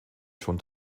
schon